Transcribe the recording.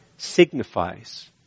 signifies